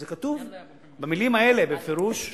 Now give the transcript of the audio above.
זה כתוב במלים האלה בפירוש ביוזמה.